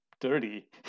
dirty